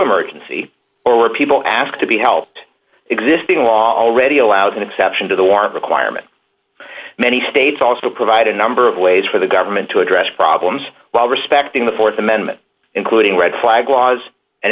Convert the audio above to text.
emergency or where people ask to be helped existing law already allows an exception to the warrant requirement many states also provide a number of ways for the government to address problems while respecting the th amendment including red flag was an